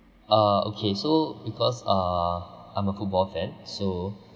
uh okay so because uh I'm a football fan so